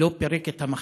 לא פירק את המחלקה,